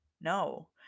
No